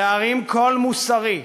להרים קול מוסרי,